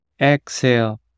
Exhale